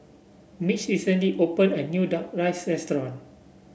Mitch recently opened a new Duck Rice Restaurant